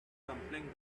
dumplings